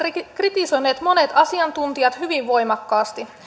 kritisoineet monet asiantuntijat hyvin voimakkaasti